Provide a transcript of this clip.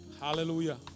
hallelujah